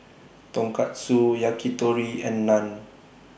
Tonkatsu Yakitori and Naan